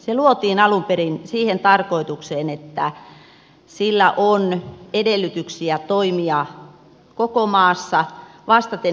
se luotiin alun perin siihen tarkoitukseen että sillä on edellytyksiä toimia koko maassa vastaten elinkeinoelämän tarpeisiin